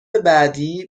بعدی